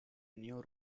new